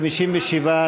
57,